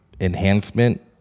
enhancement